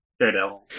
Daredevil